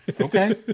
Okay